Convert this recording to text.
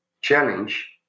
challenge